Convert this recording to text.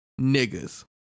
niggas